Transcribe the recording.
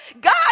God